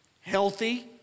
healthy